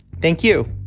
thank you.